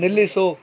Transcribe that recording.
ನಿಲ್ಲಿಸು